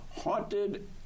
haunted